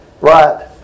right